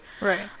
right